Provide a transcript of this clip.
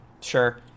Sure